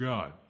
God